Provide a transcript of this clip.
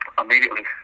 Immediately